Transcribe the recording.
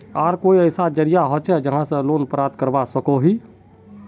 आर कोई ऐसा जरिया होचे जहा से लोन प्राप्त करवा सकोहो ही?